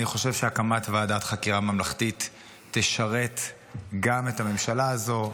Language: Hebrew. אני חושב שהקמת ועדת חקירה ממלכתית תשרת גם את הממשלה הזאת,